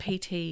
PT